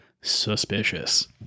suspicious